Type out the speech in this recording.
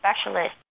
specialist